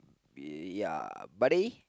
ya buddy